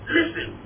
Listen